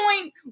point